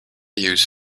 use